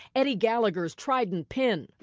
eddie gallagher's trident pin.